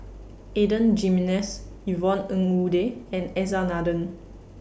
Adan Jimenez Yvonne Ng Uhde and S R Nathan